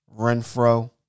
Renfro